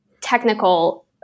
technical